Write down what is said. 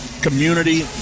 community